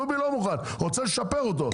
דובי לא מוכן, רוצה לשפר אותו.